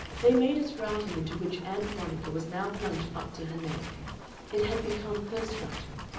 they made a stratum into which ann veronica was now plunged up to her neck it had become her stratum.